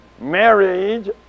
Marriage